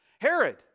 Herod